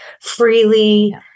freely